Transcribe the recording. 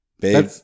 Babe